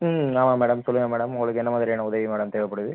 ம் ஆமாம் மேடம் சொல்லுங்கள் மேடம் உங்களுக்கு என்ன மாதிரியான உதவி மேடம் தேவைப்படுது